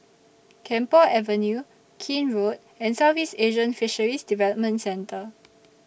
Camphor Avenue Keene Road and Southeast Asian Fisheries Development Centre